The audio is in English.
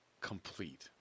complete